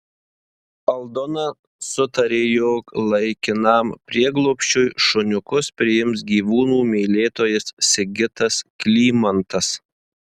aldona sutarė jog laikinam prieglobsčiui šuniukus priims gyvūnų mylėtojas sigitas klymantas